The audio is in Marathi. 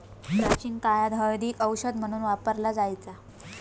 प्राचीन काळात हळदीक औषध म्हणून वापरला जायचा